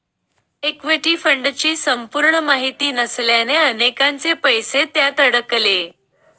equity फंडची संपूर्ण माहिती नसल्याने अनेकांचे पैसे त्यात अडकले